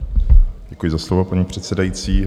Děkuji za slovo, paní předsedající.